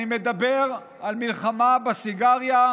אני מדבר על מלחמה בסיגריה,